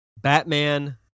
Batman